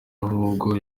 ahubwo